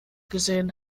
gesehen